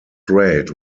rate